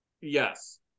Yes